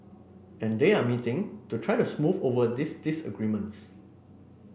and they are meeting to try to smooth over these disagreements